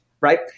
right